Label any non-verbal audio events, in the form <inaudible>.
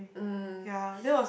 mm <breath>